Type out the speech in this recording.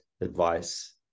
advice